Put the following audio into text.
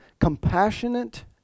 compassionate